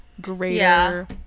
greater